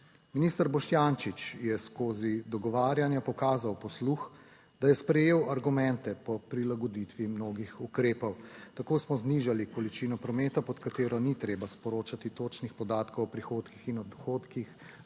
Minister Boštjančič je skozi dogovarjanja pokazal posluh, da je sprejel argumente po prilagoditvi mnogih ukrepov. Tako smo znižali količino prometa, pod katero ni treba sporočati točnih podatkov o prihodkih in odhodkih